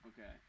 Okay